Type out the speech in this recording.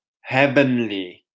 heavenly